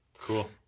Cool